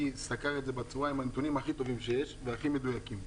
סקר את זה עם הנתונים הכי טובים שיש והכי מדויקים.